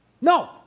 No